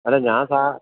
അല്ല ഞാൻ സാ